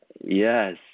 yes